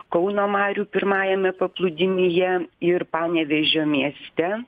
kauno marių pirmajame paplūdimyje ir panevėžio mieste